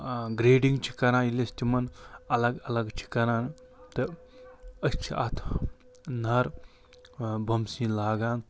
grading چھِ کَران ییٚلہِ أسۍ تِمَن الگ الگ چھِ کَران تہٕ أسۍ چھِ اَتھ نر بوٚمسِن لاگان